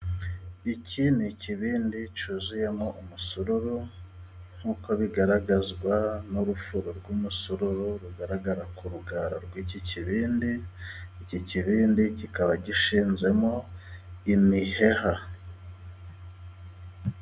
Iki ni ikibindi cyuzuyemo umusururu, nkuko bigaragazwa n'urufuro rw'umusururu, rugaragara ku rugara rw'iki kibindi, iki kibindi kikaba gishinzemo imiheha.